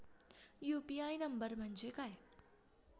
UPI number म्हणजे काय?